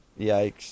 yikes